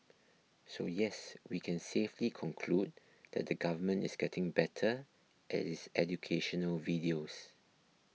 so yes we can safely conclude that the government is getting better at its educational videos